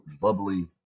bubbly